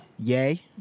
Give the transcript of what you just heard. Yay